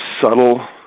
subtle